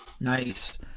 Nice